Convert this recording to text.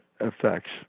effects